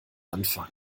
anfang